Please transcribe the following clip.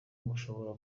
mushobora